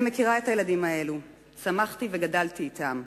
אני מכירה את הילדים האלה, צמחתי וגדלתי אתם.